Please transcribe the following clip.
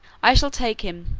i shall take him,